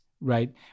right